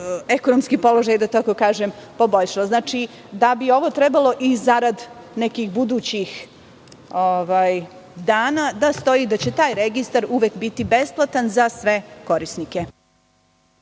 ekonomski položaj, da tako kažem, poboljšala. Znači, ovo bi trebalo i zarad nekih budućih dana da stoji, da će taj registar uvek biti besplatan za sve korisnike.